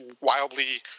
wildly